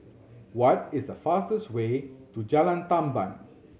what is the fastest way to Jalan Tamban